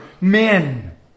men